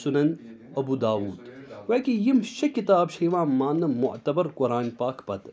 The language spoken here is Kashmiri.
سُنَن اَبوٗ داوٗد گویا کہِ یِم شےٚ کِتابہٕ چھِ یِوان ماننہٕ معتبر قۅرانِ پاک پَتہٕ